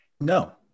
No